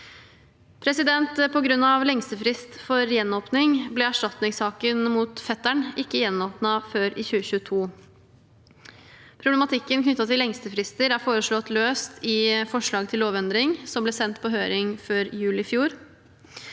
Tengs-saken. På grunn av lengstefrist for gjenåpning ble erstatningssaken mot fetteren ikke gjenåpnet før i 2022. Problematikken knyttet til lengstefrister er foreslått løst i forslag til lovendring som ble sendt på høring før jul i fjor.